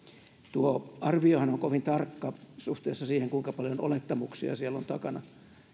tuo arviohan on kovin tarkka suhteessa siihen kuinka paljon olettamuksia siellä on takana